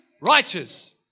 righteous